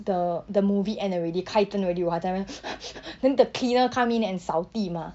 the the movie end already 开灯 already 我还在那边 then the cleaner come in and 扫地 mah